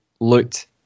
looked